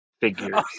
figures